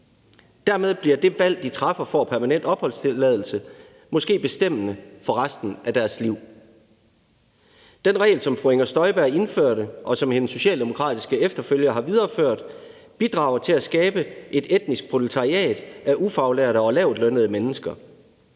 Dermed bliver det valg, de træffer om permanent opholdstilladelse, måske bestemmende for resten af deres liv. Den regel, som fru Inger Støjberg indførte, og som hendes socialdemokratiske efterfølgere har videreført, bidrager til at skabe et etnisk proletariat af ufaglærte og lavtlønnede mennesker.